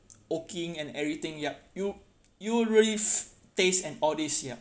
oaking and everything ya you you really f~ taste and all this ya